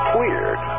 weird